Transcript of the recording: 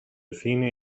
cine